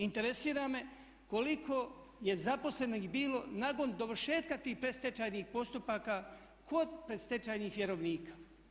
Interesira me koliko je zaposlenih bilo nakon dovršetka tih predstečajnih postupaka kod predstečajnih vjerovnika?